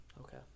Okay